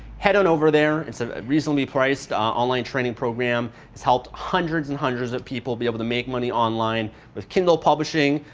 head on over there. it's a reasonably priced online training program has helped hundreds and hundreds of people be able to make money online with kindle publishing,